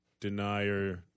Denier